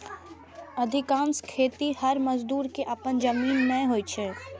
अधिकांश खेतिहर मजदूर कें अपन जमीन नै होइ छै